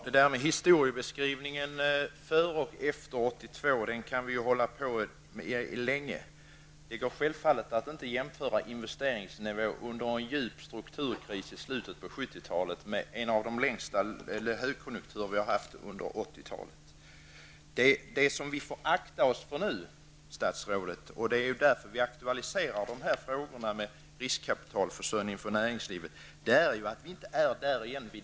Herr talman! Historiebeskrivningen över läget före och efter år 1982 kan vi hålla på med länge. Det går självfallet inte att jämföra investeringsnivån under en djup strukturkris under slutet av 70-talet med den under den långa högkonjunktur vi haft under 1980-talet. Det som vi får akta oss för, statsrådet, är att vi inte på nytt kommer tillbaka igen till det kända dukade bordet, som vi talade om på mitten av 70-talet.